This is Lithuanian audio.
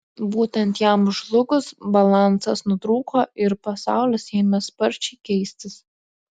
būtent jam žlugus balansas nutrūko ir pasaulis ėmė sparčiai keistis